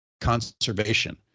conservation